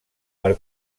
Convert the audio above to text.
per